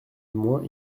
moins